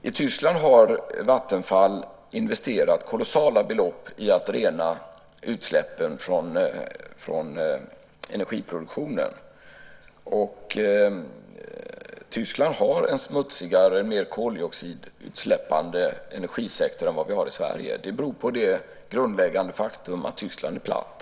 I Tyskland har Vattenfall investerat kolossala belopp i att rena utsläppen från energiproduktionen. Tyskland har en smutsigare, mer koldioxidutsläppande energisektor än vad vi har i Sverige. Det beror på det grundläggande faktum att Tyskland är platt.